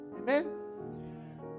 amen